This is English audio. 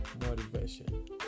motivation